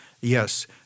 Yes